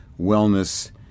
wellness